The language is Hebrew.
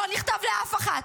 לא נכתב לאף אחד.